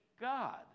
God